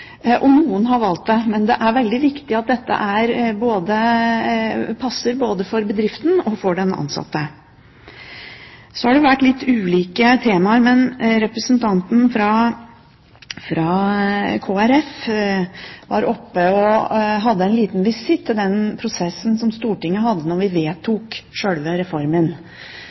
og noen har valgt det. Men det er veldig viktig at dette passer både for bedriften og for den ansatte. Så har det vært tatt opp litt ulike temaer her, men representanten fra Kristelig Folkeparti hadde en liten visitt til den prosessen som Stortinget hadde da vi vedtok sjølve reformen,